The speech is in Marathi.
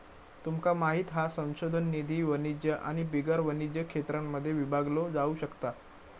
तुमका माहित हा संशोधन निधी वाणिज्य आणि बिगर वाणिज्य क्षेत्रांमध्ये विभागलो जाउ शकता